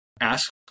ask